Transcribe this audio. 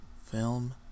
film